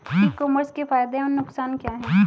ई commerce के फायदे एवं नुकसान क्या हैं?